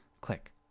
Click